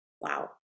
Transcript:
Wow